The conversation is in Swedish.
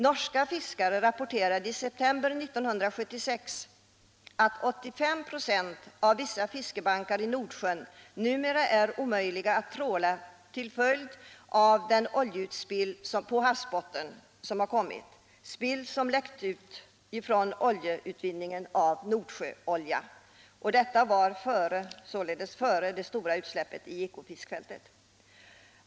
Norska fiskare rapporterade i september 1976 att 85 96 av vissa fiskebankar i Nordsjön numera är omöjliga att tråla på till följd av oljeutspill på havsbotten — spill som läckt ut från oljeutvinningen i Nordsjön. Detta var således före det stora utsläppet i Ekofiskfältet.